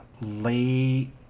Late